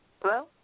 Hello